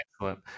excellent